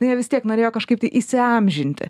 nu jie vis tiek norėjo kažkaip tai įsiamžinti